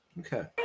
Okay